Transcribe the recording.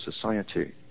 society